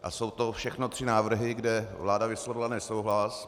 A jsou to všechno návrhy, kde vláda vyslovila nesouhlas.